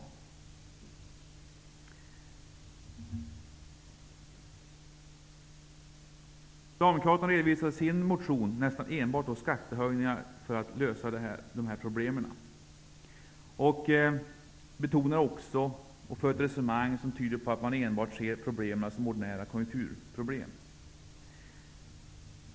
Socialdemokraterna redovisar i sin motion nästan enbart skattehöjningar för att lösa dessa problem. De för ett resonemang som tyder på att de ser problemen enbart som ordinära konjunkturproblem.